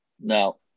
Now